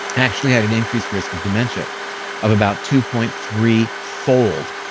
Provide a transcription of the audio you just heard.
actually had an increased risk of dementia of about two point three fold.